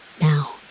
Now